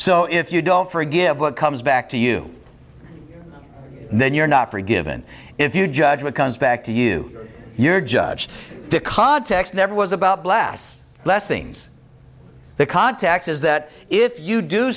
so if you don't forgive what comes back to you then you're not forgiven if you judgement comes back to you you're judged the context never was about glass blessings the context is that if you do